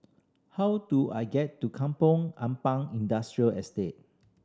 how do I get to Kampong Ampat Industrial Estate